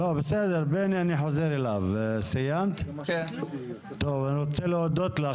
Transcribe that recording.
טוב, אני רוצה להודות לך.